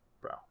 bro